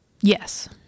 Yes